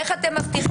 איך אתם מבטיחים?